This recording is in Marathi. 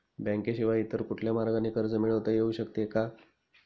बँकेशिवाय इतर कुठल्या मार्गाने कर्ज मिळविता येऊ शकते का?